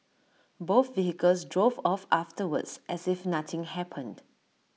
both vehicles drove off afterwards as if nothing happened